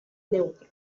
neutro